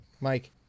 Mike